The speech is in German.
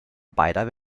beider